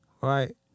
Right